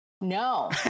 No